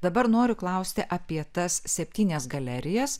dabar noriu klausti apie tas septynias galerijas